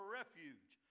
refuge